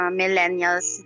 millennials